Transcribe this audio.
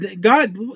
God